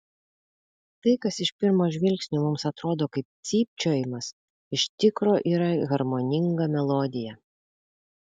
tai kas iš pirmo žvilgsnio mums atrodo kaip cypčiojimas iš tikro yra harmoninga melodija